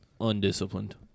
undisciplined